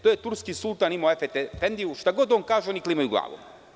To je turski sultan imao Efet efendiju, šta god on kaže, oni klimaju glavom.